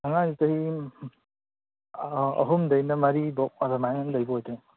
ꯑꯉꯥꯡꯁꯦ ꯆꯍꯤ ꯑꯥ ꯑꯍꯨꯝꯗꯩꯅ ꯃꯔꯤꯐꯥꯎ ꯑꯗꯨꯃꯥꯏꯅ ꯂꯩꯕ ꯑꯣꯏꯗꯣꯏꯅꯤ